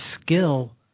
skill